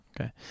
Okay